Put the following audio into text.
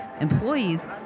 employees